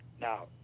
Now